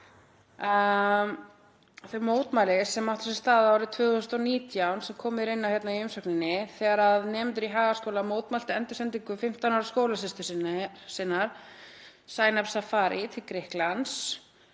þau mótmæli sem áttu sér stað árið 2019, sem komið er inn á í umsögninni, þegar nemendur í Hagaskóla mótmæltu endursendingu 15 ára skólasystur sinnar, Zainab Safari, til Grikklands